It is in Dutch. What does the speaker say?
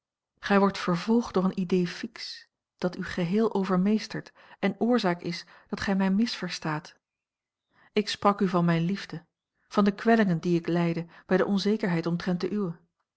gij wordt vervolgd door een idée fixe dat u geheel overmeestert en oorzaak is dat gij mij misverstaat ik sprak u van mijne liefde van de kwellingen die ik lijde bij de onzekerheid omtrent de